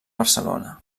barcelona